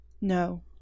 No